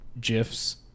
GIFs